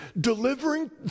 delivering